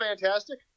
fantastic